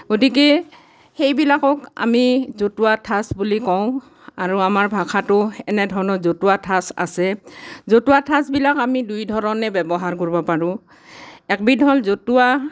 গতিকে সেইবিলাকক আমি জতুৱা ঠাঁচ বুলি কওঁ আৰু আমাৰ ভাষাতো এনেধৰণৰ জতুৱা ঠোঁচ আছে জতুৱা ঠাঁচবিলাক আমি দুইধৰণে ব্যৱহাৰ কৰিব পাৰোঁ একবিধ হ'ল জতুৱা